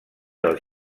del